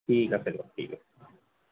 ঠিক আছে দিয়ক ঠিক আছে